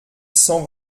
cent